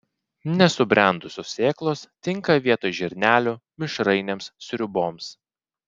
nesubrendusios sėklos tinka vietoj žirnelių mišrainėms sriuboms